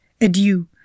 adieu